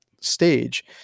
stage